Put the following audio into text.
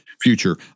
future